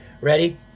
Ready